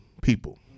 people